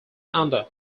under